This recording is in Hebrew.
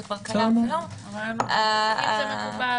עו"ד שביב,